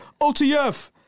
OTF